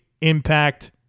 impact